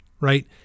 Right